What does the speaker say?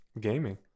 gaming